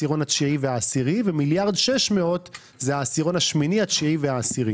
--------- ולתת קצבאות ילדים לעשירים בלבד.